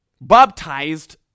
Baptized